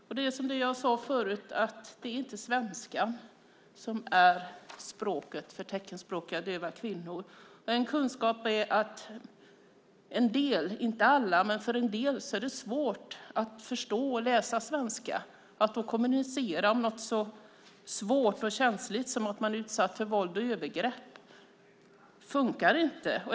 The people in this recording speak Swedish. Som jag sade tidigare är det inte svenskan som är språket för teckenspråkiga döva kvinnor. För en del, om än inte för alla, är det svårt att förstå och läsa svenska. Att då kommunicera om något så svårt och känsligt som att man är utsatt för våld och övergrepp fungerar inte.